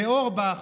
לאורבך,